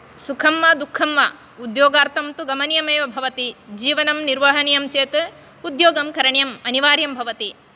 सुखं वा दुःखं वा उद्योगार्थं तु गमनीयमेव भवति जीवनं निर्वहनीयं चेत् उद्योगं करणीयम् अनिवार्यं भवति